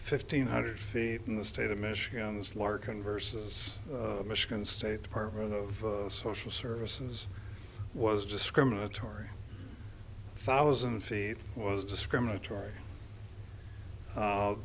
fifteen hundred feet in the state of michigan's larken versus michigan state department of social services was discriminatory thousand feet was discriminatory